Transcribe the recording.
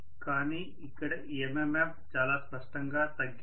కానీ ఇక్కడ MMF చాలా స్పష్టంగా తగ్గింది